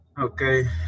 Okay